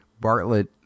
bartlett